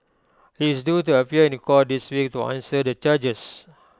he is due to appear in court this week to answer the charges